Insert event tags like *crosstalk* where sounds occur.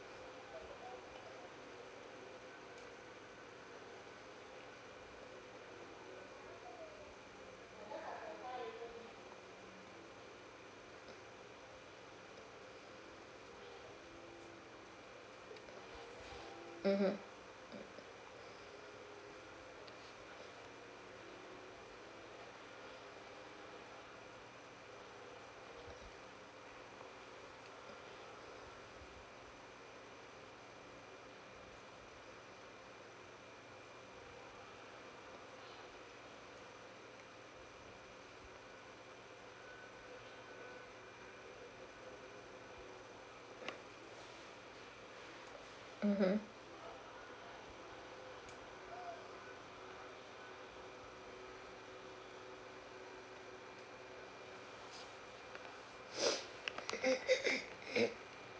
mmhmm mmhmm *breath* *coughs*